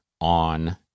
on